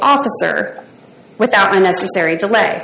officer without unnecessary delay